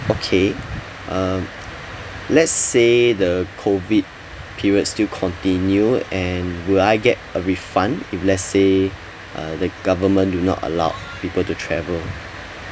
okay uh let's say the COVID period still continue and will I get a refund if let's say uh the government do not allowed people to travel